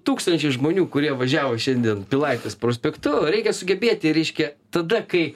tūkstančiai žmonių kurie važiavo šiandien pilaitės prospektu reikia sugebėti ryške tada kai